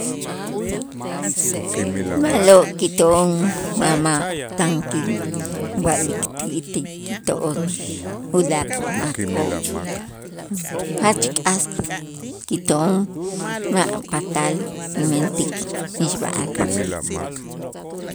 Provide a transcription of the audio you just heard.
Ma'lo' kito'on wa ma' tan kiwa'lik ti'ij ti kito'on ulaak' makoo' jach k'as kito'on ma' patal kimentik mixb'a'al.